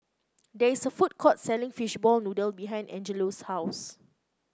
there is a food court selling Fishball Noodle behind Angelo's house